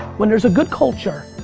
when there's a good culture,